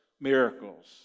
miracles